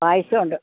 പായസമുണ്ട്